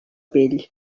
pell